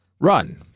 run